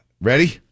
ready